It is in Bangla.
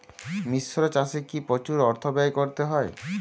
মিশ্র চাষে কি প্রচুর অর্থ ব্যয় করতে হয়?